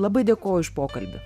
labai dėkoju už pokalbį